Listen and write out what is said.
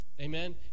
Amen